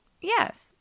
Yes